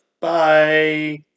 Bye